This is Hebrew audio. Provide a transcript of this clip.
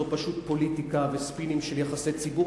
זו פשוט פוליטיקה וספינים של יחסי ציבור,